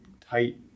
tight